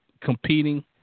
competing